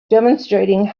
demonstrating